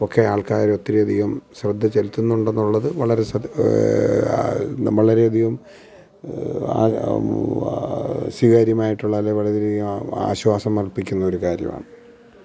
ഒക്കെ ആൾക്കാരൊത്തിരിയധികം ശ്രദ്ധ ചെലുത്തുന്നുണ്ടെന്നുള്ളത് വളരെ നമ്മൾ അധികവും സ്വീകാര്യമായിട്ടുള്ള അല്ലേൽ വളരെയധികം ആശ്വാസം അർപ്പിക്കുന്ന ഒരു കാര്യമാണ്